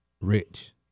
rich